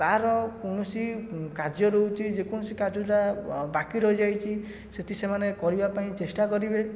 ତାହାର କୌଣସି କାର୍ଯ୍ୟ ରହୁଛି ଯେକୌଣସି କାର୍ଯ୍ୟ ଯାହା ବାକି ରହିଯାଇଛି ସେଇଠି ସେମାନେ କରିବା ପାଇଁ ଚେଷ୍ଟା କରିବେ